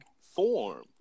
form